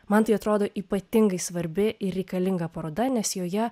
man tai atrodo ypatingai svarbi ir reikalinga paroda nes joje